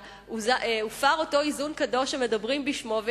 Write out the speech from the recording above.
הופר אותו איזון קדוש שמדברים בשמו,